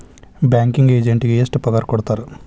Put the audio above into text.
Banking ಎಜೆಂಟಿಗೆ ಎಷ್ಟ್ ಪಗಾರ್ ಕೊಡ್ತಾರ್?